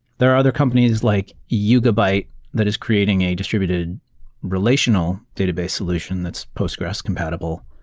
there are other companies like yugabyte that is creating a distributed relational database solution that's postgres compatible.